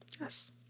Yes